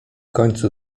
końcu